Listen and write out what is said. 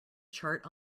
chart